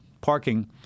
Parking